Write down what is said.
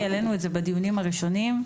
העלינו את זה בדיונים הראשונים.